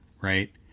right